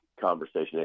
conversation